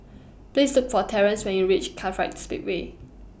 Please Look For Terence when YOU REACH Kartright Speedway